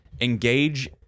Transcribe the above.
engage